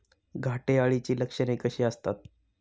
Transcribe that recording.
घाटे अळीची लक्षणे कशी असतात?